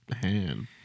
hand